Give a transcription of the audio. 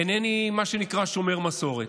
אינני, מה שנקרא, שומר מסורת.